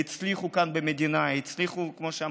הם הצליחו כאן במדינה, הם הצליחו, כמו שאמרתי,